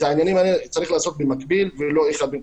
את העניינים האלה צריך לעשות במקביל ולא אחד אחרי אחד.